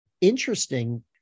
interesting